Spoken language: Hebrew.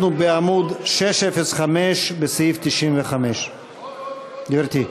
אנחנו בעמוד 605, בסעיף 95. גברתי.